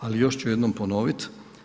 Ali, još ću jednom ponoviti.